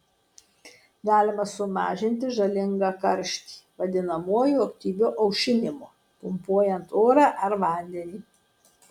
galima sumažinti žalingą karštį vadinamuoju aktyviu aušinimu pumpuojant orą ar vandenį